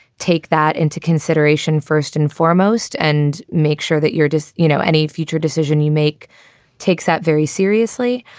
take that into consideration first and foremost and make sure that you're just, you know, any future decision you make takes that very seriously.